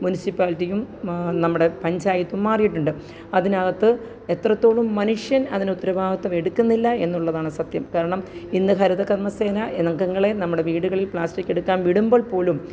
മുന്സിപ്പാലിറ്റിയും നമ്മുടെ പഞ്ചായത്തും മാറിയിട്ടുണ്ട് അതിനകത്ത് എത്രത്തോളം മനുഷ്യന് അതിന് ഉത്തരവാദിത്തം എടുക്കിന്നില്ല എന്നുള്ളതാണ് സത്യം കാരണം ഇന്ന് ഹരിത കര്മ സേന അംഗങ്ങളെ നമ്മുടെ വീടുകളില് പ്ലാസ്റ്റിക് എടുക്കാന് വിടുമ്പോള് പോലും